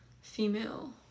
female